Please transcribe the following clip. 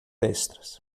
extras